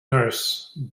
nurse